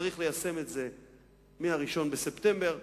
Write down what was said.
צריך ליישם את זה מ-1 בספטמבר.